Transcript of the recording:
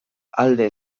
alde